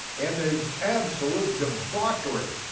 and this absolute debauchery,